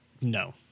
No